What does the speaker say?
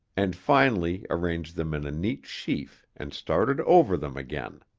and finally arranged them in a neat sheaf and started over them again.